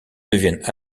deviennent